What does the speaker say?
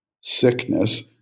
sickness